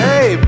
Hey